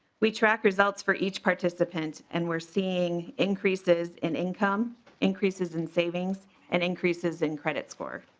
we track results for each participant and we are seeing increases in income increases in savings and increases in credit scores.